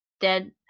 dead